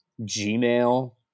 Gmail